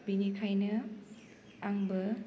बेनिखायनो आंबो